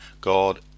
god